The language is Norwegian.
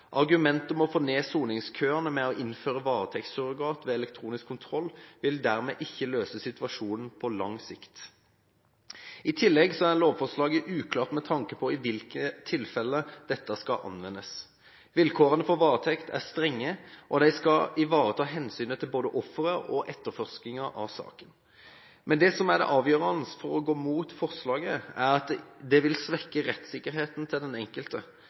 Argumentet om å få ned soningskøene ved å innføre varetektssurrogat ved elektronisk kontroll vil dermed ikke løse situasjonen på lang sikt. I tillegg er lovforslaget uklart med tanke på i hvilke tilfeller dette skal anvendes. Vilkårene for varetekt er strenge, og de skal ivareta hensynet til både offeret og etterforskningen av saken. Men det som er det avgjørende for å gå mot forslaget, er at det vil svekke rettssikkerheten til den enkelte.